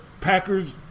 Packers